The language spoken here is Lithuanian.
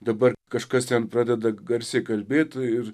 dabar kažkas ten pradeda garsiai kalbėt ir